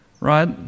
right